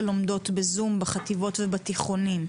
לומדות בזום בחטיבות הביניים ובתיכונים,